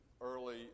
early